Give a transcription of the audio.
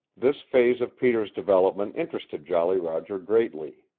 this phase of peter's development interested jolly roger greatly.